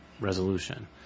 resolution